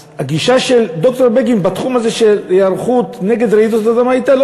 אז הגישה של ד"ר בגין בתחום הזה של היערכות נגד רעידות אדמה הייתה: